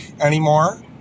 anymore